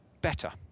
better